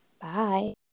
Bye